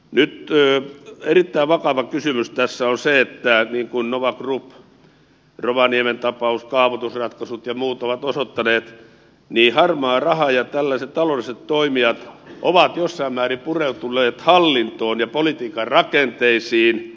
nyt erittäin vakava kysymys tässä on se niin kuin nova group rovaniemen tapaus kaavoitusratkaisut ja muut ovat osoittaneet että harmaa raha ja tällaiset taloudelliset toimijat ovat jossain määrin pureutuneet hallintoon ja politiikan rakenteisiin